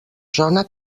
zona